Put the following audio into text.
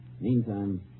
Meantime